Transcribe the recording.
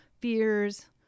fears